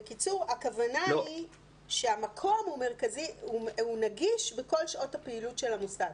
הכוונה היא שהמקום הוא נגיש בכל שעות הפעילות של המוסד.